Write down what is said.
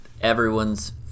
everyone's